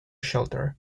shelter